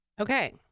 okay